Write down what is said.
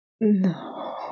No